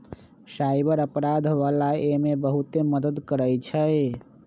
cyber अपराध वाला एमे बहुते मदद करई छई